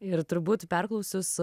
ir turbūt perklausius